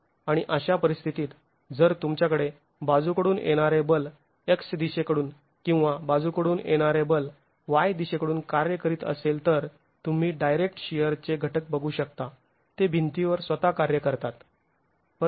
आणि अशा परिस्थितीत जर तुमच्याकडे बाजूकडून येणारे बल x दिशेकडून किंवा बाजूकडून येणारे बल y दिशेकडून कार्य करीत असेल तर तुम्ही डायरेक्ट शिअर चे घटक बघू शकता ते भिंतीवर स्वतः कार्य करतात